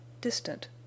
distant